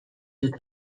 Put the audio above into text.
dut